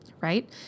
Right